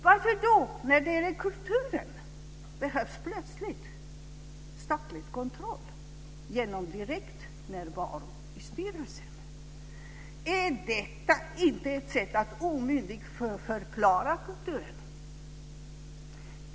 Varför behövs då plötsligt statlig kontroll genom direkt närvaro i styrelsen när det gäller kulturen? Är inte detta ett sätt att omyndigförklara kulturen?